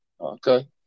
okay